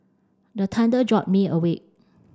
the thunder jolt me awake